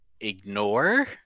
ignore